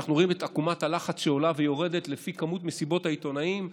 אנחנו רואים את עקומת הלחץ שעולה ויורדת לפי כמות מסיבות העיתונאים,